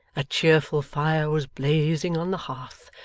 a cheerful fire was blazing on the hearth,